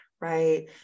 right